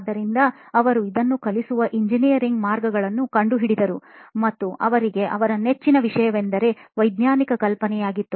ಆದ್ದರಿಂದ ಅವರು ಇದನ್ನು ಕಲಿಸುವ ಎಂಜಿನಿಯರ್ ಮಾರ್ಗಗಳನ್ನು ಕಂಡುಕಂಡರು ಮತ್ತು ಅವರಿಗೆ ಅವರ ನೆಚ್ಚಿನ ವಿಷಯವೆಂದರೆ ವೈಜ್ಞಾನಿಕ ಕಲ್ಪನೆಯಾಗಿತ್ತು